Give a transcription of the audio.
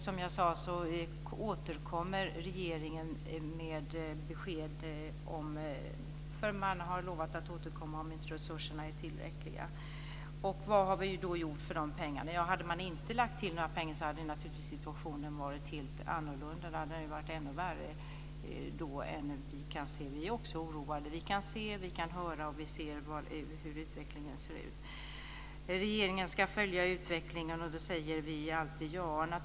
Som jag sade har regeringen lovat att återkomma med besked om inte resurserna är tillräckliga. Vad har vi då gjort för de pengarna? Hade man inte lagt till några pengar så hade naturligtvis situationen varit helt annorlunda. Då hade den varit ännu värre än den vi kan se nu. Men vi är också oroade. Vi kan se och vi kan höra, och vi ser hur utvecklingen ser ut. Regeringen ska följa utvecklingen. Det säger vi alltid, menar man.